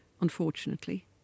Unfortunately